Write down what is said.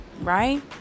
Right